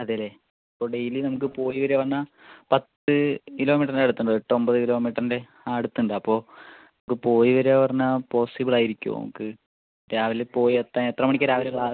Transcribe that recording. അതെയല്ലെ ഇപ്പോൾ ഡെയ്ലി നമുക്ക് പോയി വരിക പറഞ്ഞാൽ പത്ത് കിലോമീറ്ററിൻ്റെ അടുത്തുണ്ട് എട്ട് ഒമ്പത് കിലോമീറ്ററിൻ്റെ അടുത്തുണ്ട് അപ്പോൾ നമുക്ക് പോയി വരിക പറഞ്ഞാൽ പോസ്സിബിൾ ആയിരിക്കുമോ നമുക്ക് രാവിലെ പോയി എത്താൻ എത്ര മണിക്കാണ് രാവിലെ ക്ലാസ്സ്